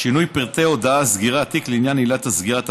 (שינוי פרטי ההודעה על סגירת תיק לעניין עילת הסגירה),